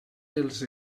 dels